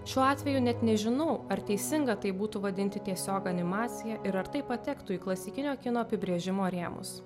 šiuo atveju net nežinau ar teisinga tai būtų vadinti tiesiog animacija ir ar tai patektų į klasikinio kino apibrėžimo rėmus